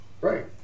Right